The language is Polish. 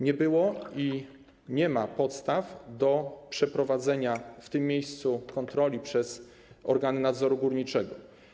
Nie było i nie ma podstaw do przeprowadzenia w tym miejscu kontroli przez organy nadzoru górniczego.